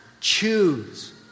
choose